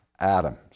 atoms